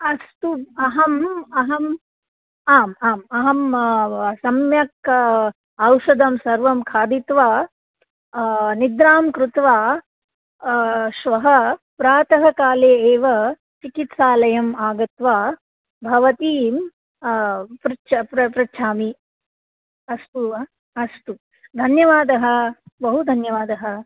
अस्तु अहम् अहम् आम् आम् अहं सम्यक् औषधं सर्वं खादित्वा निद्रां कृत्वा श्वः प्रातःकाले एव चिकित्सालयम् आगत्वा भवतीं पृच्छ पृच्छामि अस्तु वा अस्तु धन्यवादः बहु धन्यवादः